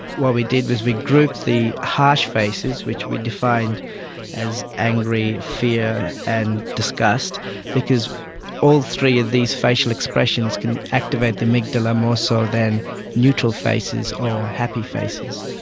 what we did was we grouped the harsh faces which we defined as angry, fear and disgust because all three of these facial expressions can activate the amygdala more so than neutral faces or happy faces.